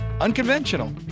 Unconventional